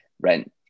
rent